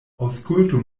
aŭskultu